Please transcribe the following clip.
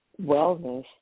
wellness